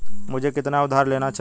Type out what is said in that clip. मुझे कितना उधार लेना चाहिए?